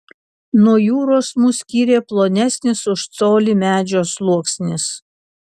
nuo jūros mus skyrė plonesnis už colį medžio sluoksnis